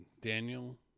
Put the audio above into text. Daniel